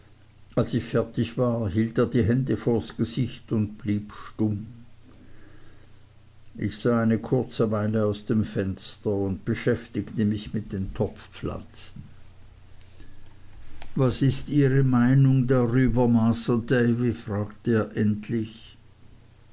als ich fertig war hielt er die hände vors gesicht und blieb stumm ich sah eine kurze weile aus dem fenster und beschäftigte mich mit den topfpflanzen was ist ihre meinung darüber masr davy fragte er endlich